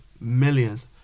millions